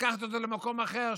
לקחת אותו למקום אחר,